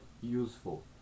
useful